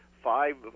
Five